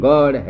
God